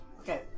Okay